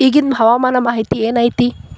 ಇಗಿಂದ್ ಹವಾಮಾನ ಮಾಹಿತಿ ಏನು ಐತಿ?